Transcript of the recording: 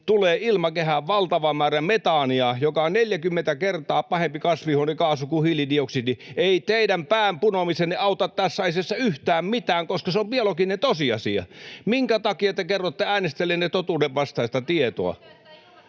tulee ilmakehään valtava määrä metaania, joka on 40 kertaa pahempi kasvihuonekaasu kuin hiilidioksidi. Ei teidän päässä punomisenne auta tässä asiassa yhtään mitään, koska se on biologinen tosiasia. Minkä takia te kerrotte äänestäjillenne totuudenvastaista tietoa?